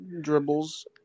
dribbles